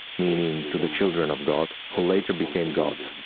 meaning, to the children of god, who later became gods.